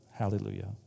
Hallelujah